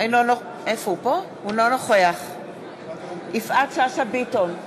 אינו נוכח יפעת שאשא ביטון,